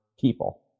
people